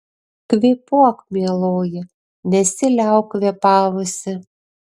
kvėpuok mieloji nesiliauk kvėpavusi